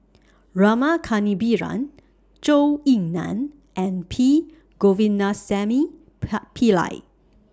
Rama Kannabiran Zhou Ying NAN and P Govindasamy Par Pillai